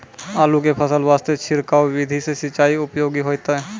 आलू के फसल वास्ते छिड़काव विधि से सिंचाई उपयोगी होइतै?